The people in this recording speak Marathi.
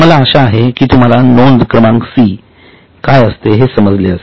मला आशा आहे की तुम्हाला नोंद क्रमांक सी काय असते हे समजले असेल